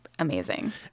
Amazing